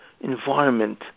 environment